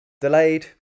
delayed